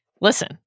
listen